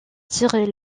tirer